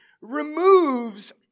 removes